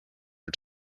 are